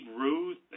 Ruth